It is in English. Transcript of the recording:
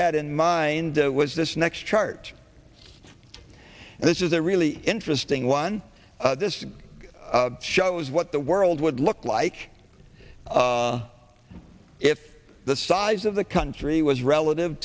had in mind was this next chart and this is a really interesting one this shows what the world would look like if the size of the country was relative